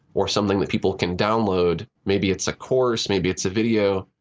or something that people can download. maybe it's a course. maybe it's a video.